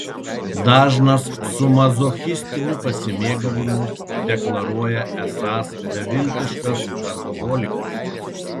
dažnas su mazochistiniu pasimėgavimu deklaruoja esąs beviltiškas darboholikas